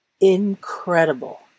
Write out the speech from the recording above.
Incredible